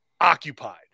occupied